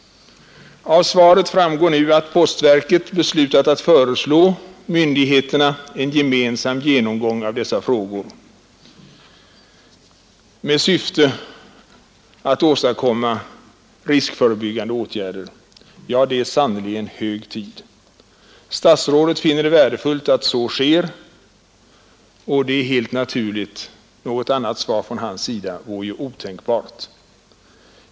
Av svaret framgår nu att postverket beslutat att föreslå myndigheterna en gemensam genomgång av dessa frågor med syfte att åstadkomma riskförebyggande åtgärder. Ja, det är sannerligen hög tid. Kommunikationsministern finner det värdefullt att så sker, och det är helt naturligt. Något annat besked från hans sida vore ju otänkbart.